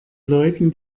leuten